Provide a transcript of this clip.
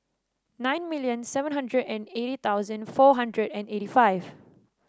nine million seven hundred and eighty thousand four hundred and eighty five